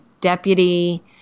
deputy